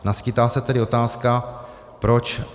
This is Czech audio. Naskýtá se tedy otázka, proč